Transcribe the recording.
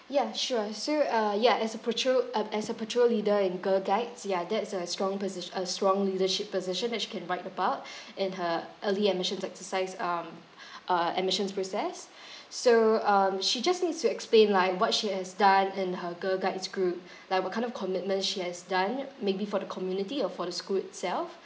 ya sure so uh ya as a patrol um as a patrol leader in girl guides ya that's a strong positio~ a strong leadership position that she can write about in her early admissions exercise um uh admissions process so um she just needs to explain like what she has done in her girl guides group like what kind of commitment she has done maybe for the community or for the school itself